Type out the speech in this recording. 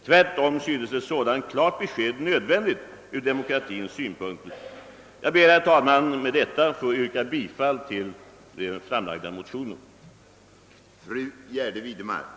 Tvärtom synes ett sådant klart besked nödvändigt ur demokratins synpunkt. Jag ber, herr talman, att med det anförda få yrka bifall till de likalydande motionerna I:25 och II: 33.